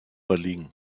erliegen